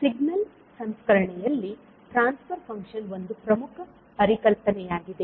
signal ಸಂಸ್ಕರಣೆಯಲ್ಲಿ transfer function ಒಂದು ಪ್ರಮುಖ ಪರಿಕಲ್ಪನೆಯಾಗಿದೆ